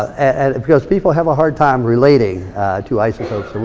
and because people have a hard time relating to isotopes,